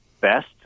best